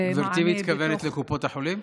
גברתי מתכוונת לקופות החולים?